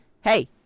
hey